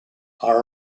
are